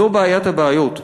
זו בעיית הבעיות.